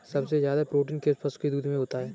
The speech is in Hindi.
सबसे ज्यादा प्रोटीन किस पशु के दूध में होता है?